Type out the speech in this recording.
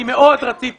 מאוד רציתי